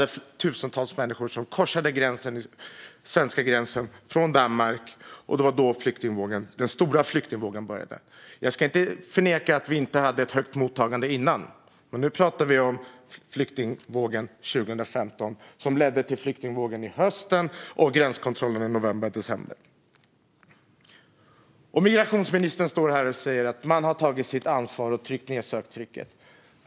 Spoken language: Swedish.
Tusentals människor korsade då gränsen till Sverige från Danmark. Det var då den stora flyktingvågen började. Jag förnekar inte att vi redan innan hade ett högt mottagande. Men nu talar vi om flyktingkrisen 2015 som ledde till flyktingvågen under hösten och gränskontrollerna i november och december. Migrationsministern säger att man har tagit sitt ansvar och tryckt tillbaka söktrycket.